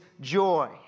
joy